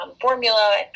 formula